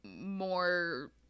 more